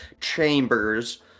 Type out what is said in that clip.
chambers